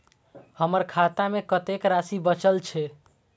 हमर खाता में कतेक राशि बचल छे?